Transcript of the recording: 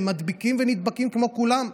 הם מדביקים ונדבקים כמו כולם.